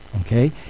Okay